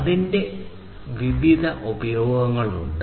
അതിന്റെ വ്യത്യസ്ത ഉപയോഗങ്ങളുണ്ട്